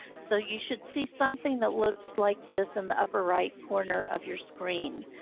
so you should see something that looks like this in the upper right corner of your screen.